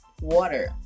water